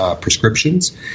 prescriptions